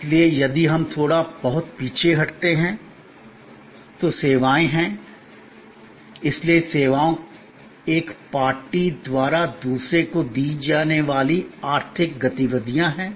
इसलिए यदि हम थोड़ा बहुत पीछे हटते हैं तो सेवाएं हैं इसलिए सेवाएं एक पार्टी द्वारा दूसरे को दी जाने वाली आर्थिक गतिविधियां हैं